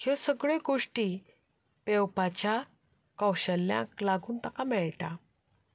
ह्यो सगल्यो गोश्टी पेवपाच्या कौशल्याक लागून ताका मेळटा